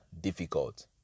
difficult